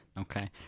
okay